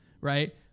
right